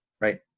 right